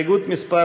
הסתייגות מס'